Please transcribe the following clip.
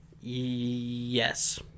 Yes